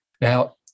Now